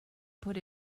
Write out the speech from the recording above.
put